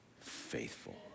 faithful